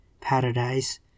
paradise